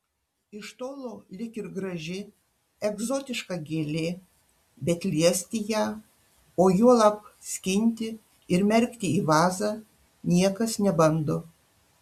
iš tolo lyg ir graži egzotiška gėlė bet liesti ją o juolab skinti ir merkti į vazą niekas nebando